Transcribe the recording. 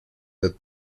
that